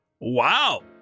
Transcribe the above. Wow